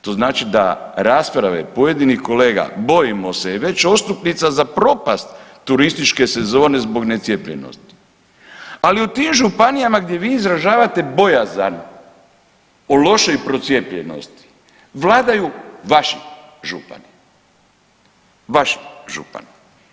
To znači da rasprave pojedinih kolega, bojimo se je već odstupnica za propast turističke sezone zbog ne cijepljenosti, ali u tim županijama gdje vi izražavate bojazan o lošoj procijepljenosti vladaju vaši župani, vaši župani.